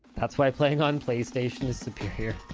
that's why playing on playstation is superior